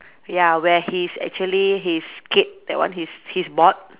ya where he's actually his skate that one his his board